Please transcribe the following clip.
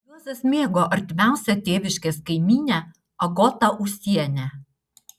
juozas mėgo artimiausią tėviškės kaimynę agotą ūsienę